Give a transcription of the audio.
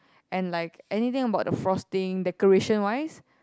and like anything about the frosting decoration wise